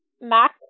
Mac